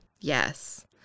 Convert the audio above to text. yes